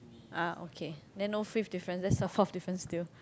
ah okay then no fifth difference that's the fourth difference still